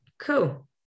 Cool